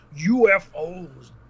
UFOs